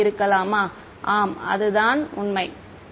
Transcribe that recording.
ஆமாம் அது ஆமாம்